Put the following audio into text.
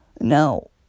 No